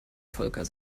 volker